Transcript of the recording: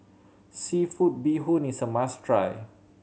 seafood bee hoon is a must try